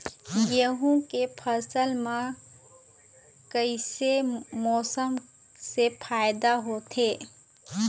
गेहूं के फसल म कइसे मौसम से फायदा होथे?